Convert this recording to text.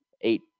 eight